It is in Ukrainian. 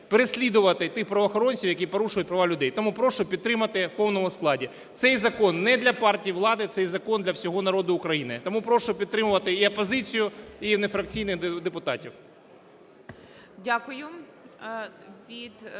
переслідувати тих правоохоронців, які порушують права людей. Тому прошу підтримати у повному складі. Цей закон не для партії влади, цей закон для всього народу України. Тому прошу підтримувати і опозицію, і нефракційних депутатів.